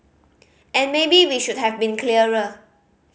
and maybe we should have been clearer